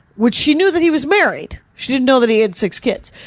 which she knew that he was married. she didn't know that he had six kids.